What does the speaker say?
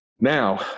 now